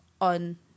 on